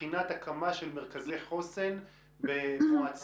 מבחינת הקמה של מרכזי חוסן במועצות